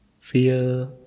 fear